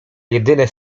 jedyne